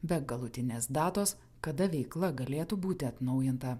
be galutinės datos kada veikla galėtų būti atnaujinta